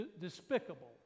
despicable